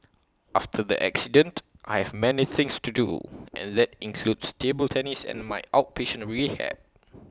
after the accident I have many things to do and that includes table tennis and my outpatient rehab